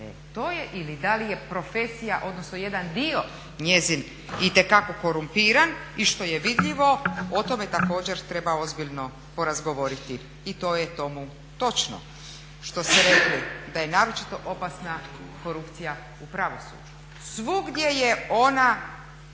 To je ili da li je profesija odnosno jedan dio njezin itekako korumpiran i što je vidljivo, o tome također treba ozbiljno porazgovarati. I to je tomu točno što ste rekli da je naročito opasna korupcija u pravosuđu. Svugdje je ona